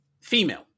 female